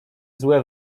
złe